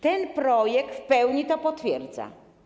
Ten projekt w pełni to potwierdza.